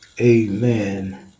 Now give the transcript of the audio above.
Amen